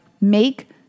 Make